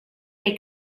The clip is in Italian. dei